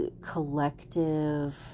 collective